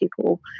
people